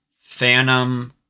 Phantom